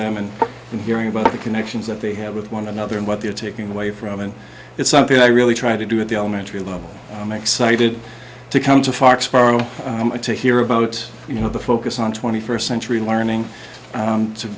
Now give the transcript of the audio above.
them and then hearing about the connections that they have with one another and what they're taking away from and it's something i really try to do at the elementary level i'm excited to come to foxboro to hear about you know the focus on twenty first century learning